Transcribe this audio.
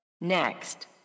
Next